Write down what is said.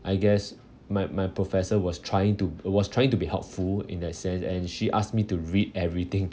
I guess my my professor was trying to was trying to be helpful in that sense and she asked me to read everything